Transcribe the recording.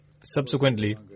Subsequently